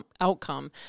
outcome